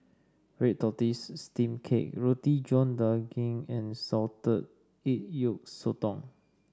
Red Tortoise Steamed Cake Roti John Daging and Salted Egg Yolk Sotong